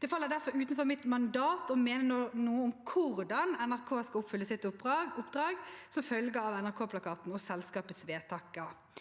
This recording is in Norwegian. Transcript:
Det faller derfor utenfor mitt mandat å mene noe om hvordan NRK skal oppfylle sitt oppdrag som følge av NRK-plakaten og selskapets vedtekter.